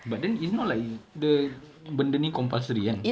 but then it's not like it's the benda ni compulsory kan